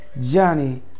Johnny